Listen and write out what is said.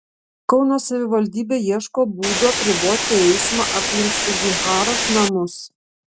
kauno savivaldybė ieško būdų apriboti eismą aplink sugiharos namus